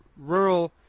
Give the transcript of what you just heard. rural